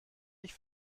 dich